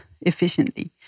efficiently